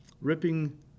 Ripping